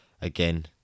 Again